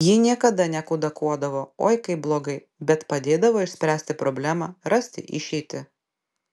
ji niekada nekudakuodavo oi kaip blogai bet padėdavo išspręsti problemą rasti išeitį